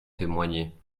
témoigner